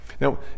Now